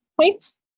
points